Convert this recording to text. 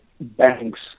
banks